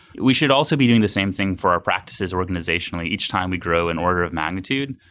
we should also be doing the same thing for our practices organizationally each time we grow an order of magnitude.